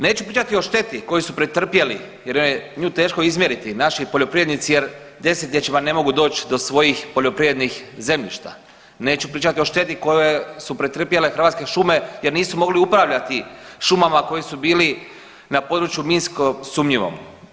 Neću pričati o štetu koju su pretrpjeli jer je nju teško izmjeriti naši poljoprivrednici jer desetljećima ne mogu doći do svojih poljoprivrednih zemljišta, neću pričati o šteti koju su pretrpjele Hrvatske šume jer nisu mogli upravljati šumama koji su bili na području minsko sumnjivom.